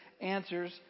answers